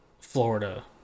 Florida